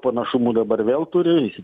panašumų dabar vėl turi